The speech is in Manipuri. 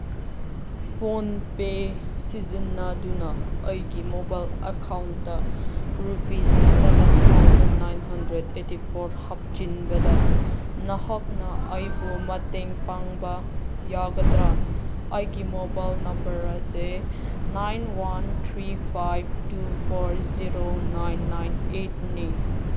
ꯐꯣꯟꯄꯦ ꯁꯤꯖꯤꯟꯅꯗꯨꯅ ꯑꯩꯒꯤ ꯃꯣꯕꯥꯏꯜ ꯑꯦꯀꯥꯎꯟꯗ rupees seven thousand nine eighty four ꯍꯥꯞꯆꯤꯟꯕꯗ ꯅꯍꯥꯛꯅ ꯑꯩꯕꯨ ꯃꯇꯦꯡ ꯄꯥꯡꯕ ꯌꯥꯒꯗ꯭ꯔꯥ ꯑꯩꯒꯤ ꯃꯣꯕꯥꯏꯜ ꯅꯝꯕꯔ ꯑꯁꯦ nine one three five two four zero nine nine ꯑꯩꯠꯅꯤ